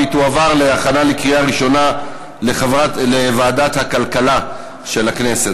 והיא תועבר להכנה לקריאה ראשונה לוועדת הכלכלה של הכנסת.